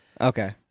Okay